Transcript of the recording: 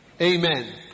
Amen